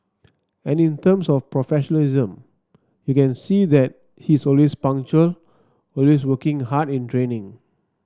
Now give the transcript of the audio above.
and in terms of professionalism you can see that he is always punctual always working hard in training